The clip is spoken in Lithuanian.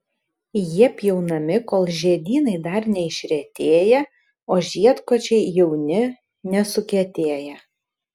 jie pjaunami kol žiedynai dar neišretėję o žiedkočiai jauni nesukietėję